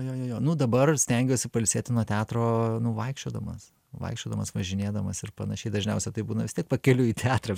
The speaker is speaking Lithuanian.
jo jo jo nu dabar stengiuosi pailsėti nuo teatro nu vaikščiodamas vaikščiodamas važinėdamas ir panašiai dažniausia tai būna tiek pakeliui į teatrą